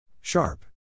Sharp